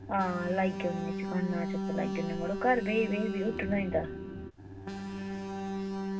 आं लाई औने आं चौगाने दा चक्कर लाई औन्ने आं मड़ो घर बेही बेही हुट्टन होई जंदा